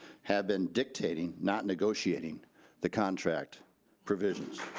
have been dictating not negotiating the contract provisions.